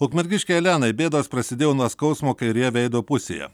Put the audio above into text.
ukmergiškei elenai bėdos prasidėjo nuo skausmo kairėje veido pusėje